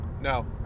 No